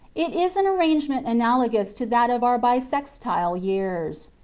it is an arrangement analagous to that of our bissextile years.